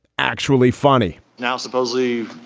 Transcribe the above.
actually funny now, supposedly,